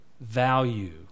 value